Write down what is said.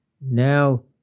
Now